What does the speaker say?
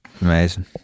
Amazing